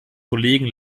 kollegen